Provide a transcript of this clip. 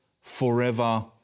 forever